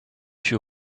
fut